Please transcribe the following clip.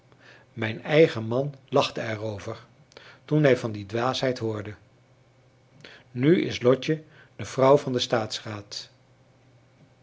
mijn eigen man lachte er over toen hij van die dwaasheid hoorde nu is lotje de vrouw van den